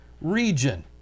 region